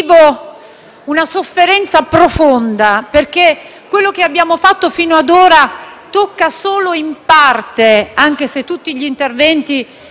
una sofferenza profonda perché quello che abbiamo fatto fino ad ora tocca solo in parte la questione. Anche se tutti gli interventi